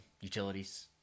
utilities